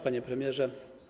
Panie Premierze!